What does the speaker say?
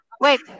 wait